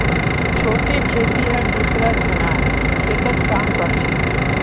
छोटे खेतिहर दूसरा झनार खेतत काम कर छेक